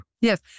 yes